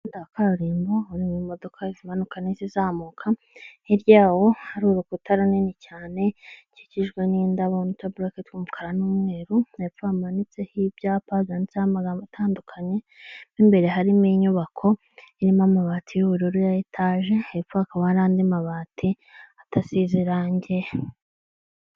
Umuhanda wa kaburimbo urimo imodoka zimanuka ni zizamuka hirya yawo hari urukuta runini cyane rukikijwe n'indabo n'utuboroke tw'umukara n'umweru hepfo hamanitseho ibyapa byanditseho amagambo atandukanye mu imbere harimo inyubako irimo amabati y'ubururu ya etaje hepfo hakaba hari andi mabati adasize irange.